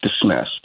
dismissed